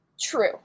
True